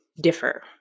differ